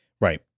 Right